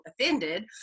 offended